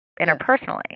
interpersonally